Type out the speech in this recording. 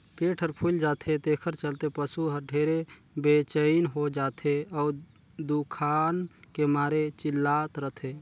पेट हर फूइल जाथे तेखर चलते पसू हर ढेरे बेचइन हो जाथे अउ दुखान के मारे चिल्लात रथे